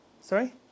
Sorry